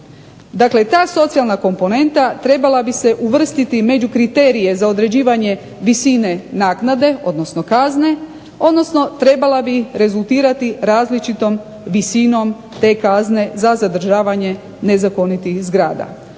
Dakle, i ta socijalne komponenta trebala bi se uvrstiti među kriterije za određivanje visine naknade, odnosno kazne, odnosno trebala bi rezultirati različitom visinom te kazne za zadržavanje nezakonitih zgrada.